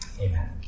amen